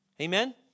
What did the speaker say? Amen